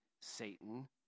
Satan